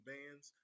Bands